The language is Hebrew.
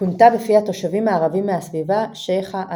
כונתה בפי התושבים הערבים מהסביבה "שייחה עדה"